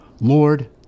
Lord